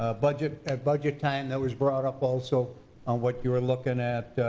ah budget at budget time. that was brought up also on what you are looking at.